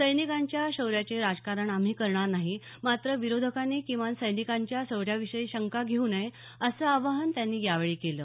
सैनिकांच्या शौर्याचे राजकारण आम्ही करणार नाही मात्र विरोधकांनी किमान सैनिकांच्या शौर्याविषयी शंका घेऊ नये असं आवाहन त्यांनी यावेळी केलं